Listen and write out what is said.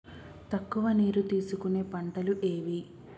తక్కువ నీరు తీసుకునే పంటలు ఏవి?